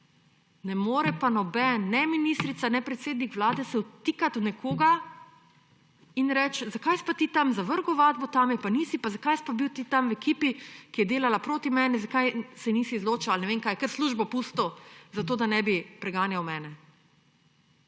Ne more pa noben – ne ministrica ne predsednik Vlade – se vtikati v nekoga in reči, zakaj si pa tam zavrgel ovadbo, tam je pa nisi, pa zakaj si bil ti tam v ekipi, ki je delala proti meni, zakaj se nisi izločil ali ne vem kaj, kar službo pusti, zato da ne bi preganjal mene.